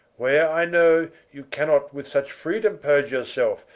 where i know you cannot with such freedome purge your selfe,